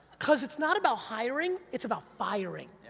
cause it's not about hiring, it's about firing,